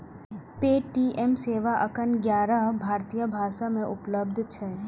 Paytm सेवा एखन ग्यारह भारतीय भाषा मे उपलब्ध छै